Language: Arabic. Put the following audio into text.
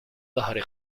ظهر